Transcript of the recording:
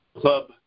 club